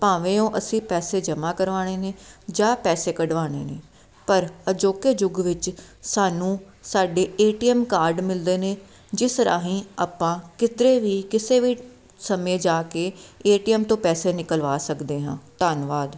ਭਾਵੇਂ ਉਹ ਅਸੀਂ ਪੈਸੇ ਜਮ੍ਹਾਂ ਕਰਵਾਉਣੇ ਨੇ ਜਾਂ ਪੈਸੇ ਕਢਵਾਉਣੇ ਨੇ ਪਰ ਅਜੋਕੇ ਯੁੱਗ ਵਿੱਚ ਸਾਨੂੰ ਸਾਡੇ ਏਟੀਐਮ ਕਾਰਡ ਮਿਲਦੇ ਨੇ ਜਿਸ ਰਾਹੀਂ ਆਪਾਂ ਕਿਧਰੇ ਵੀ ਕਿਸੇ ਵੀ ਸਮੇਂ ਜਾ ਕੇ ਏਟੀਐਮ ਤੋਂ ਪੈਸੇ ਨਿਕਲਵਾ ਸਕਦੇ ਹਾਂ ਧੰਨਵਾਦ